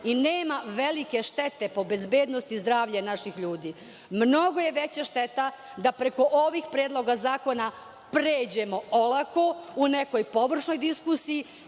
i nema velike štete po bezbednost i zdravlje naših ljudi. Mnogo je veća šteta da preko ovih predloga zakona pređemo olako u nekoj površnoj diskusiji,